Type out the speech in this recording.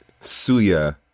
Suya